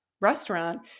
restaurant